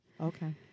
Okay